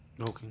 Okay